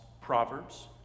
Proverbs